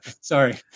Sorry